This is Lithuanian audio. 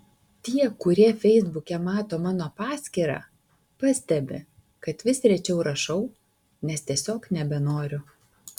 tie kurie feisbuke mato mano paskyrą pastebi kad vis rečiau rašau nes tiesiog nebenoriu